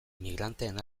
migranteen